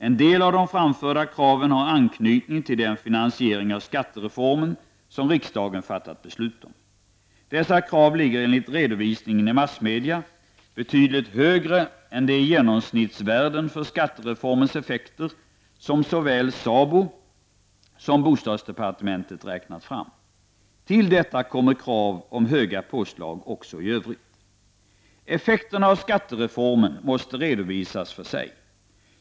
En del av de framförda kraven har anknytning till den finansiering av skattereformen som riksdagen fattat beslut om. Dessa krav ligger enligt redovisningen i massmedia betydligt högre än de genomsnittsvärden för skattereformens effekter som såväl SABO som bostadsdepartementet räknat fram. Till detta kommer krav på höga påslag också i övrigt. Effekterna av skattereformen måste redovisas för sig.